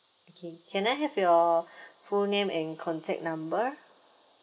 okay can I have your full name and contact number